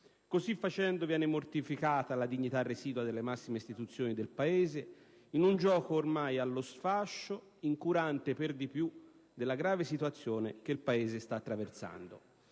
Così facendo, viene mortificata la dignità residua delle massime istituzioni del Paese, in un gioco ormai allo sfascio, incurante per di più della grave situazione che il Paese sta attraversando.